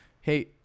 Hey